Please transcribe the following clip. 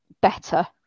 better